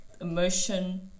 emotion